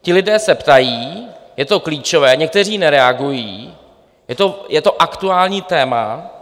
Ti lidé se ptají, je to klíčové, někteří nereagují, je to aktuální téma.